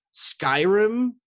Skyrim